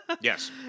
Yes